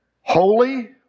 Holy